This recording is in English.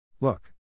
Look